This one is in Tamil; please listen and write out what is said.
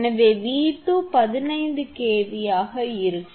எனவே 𝑉2 15 kV ஆக இருக்கும்